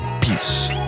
peace